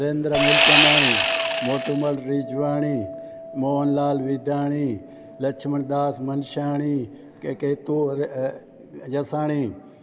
हरेंदर मूलचंदाणी मोटूमल रिजवाणी मोहनलाल विदवाणी लछ्मण दास मंशाणी केकेतु जसवाणी